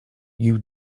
you